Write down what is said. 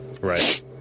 right